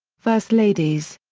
first ladies.